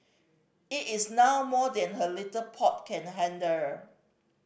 it is now more than her little pot can handle